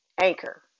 Anchor